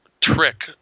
trick